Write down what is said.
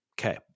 Okay